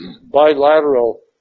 bilateral